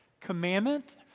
commandment